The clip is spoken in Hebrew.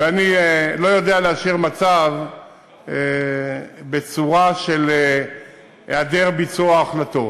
ואני לא יודע להשאיר מצב בצורה של היעדר ביצוע החלטות.